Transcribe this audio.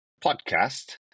podcast